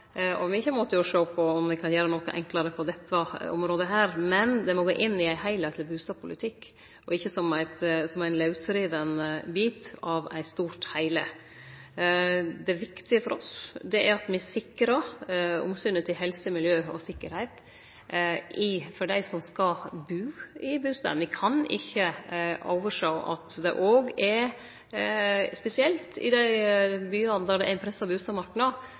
noko enklare på dette området, men det må gå inn i ein heilskapleg bustadpolitikk og ikkje som ein lausriven bit av ein stor heilskap. Det viktige for oss er at me sikrar omsynet til helse, miljø og sikkerheit for dei som skal bu i bustaden. Me kan ikkje oversjå at det òg er – spesielt i dei byane der det er ein